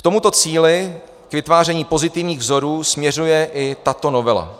K tomuto cíli, k vytváření pozitivních vzorů, směřuje i tato novela.